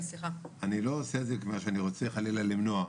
אני לא עושה את זה כיוון שאני רוצה חלילה למנוע,